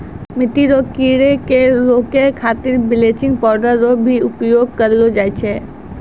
मिट्टी रो कीड़े के रोकै खातीर बिलेचिंग पाउडर रो भी उपयोग करलो जाय छै